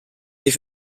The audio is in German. sie